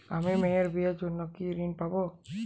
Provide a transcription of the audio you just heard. আমি মেয়ের বিয়ের জন্য কি ঋণ পাবো?